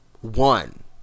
one